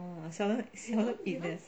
oh I seldom seldom eat there